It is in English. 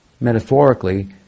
metaphorically